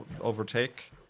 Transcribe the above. overtake